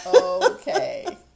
okay